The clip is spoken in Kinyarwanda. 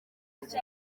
iki